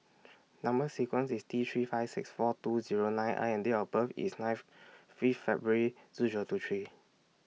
Number sequence IS T three five six four two Zero nine I and Date of birth IS ninth February two Zero two three